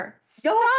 stop